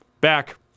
back